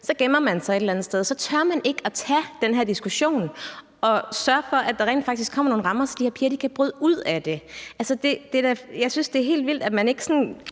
gemmer sig – så tør man ikke at tage den her diskussion og sørge for, at der rent faktisk kommer nogle rammer, så de her piger kan bryde ud af det. Altså, jeg synes, det er helt vildt, at man ikke vil